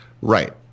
Right